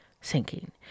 sinking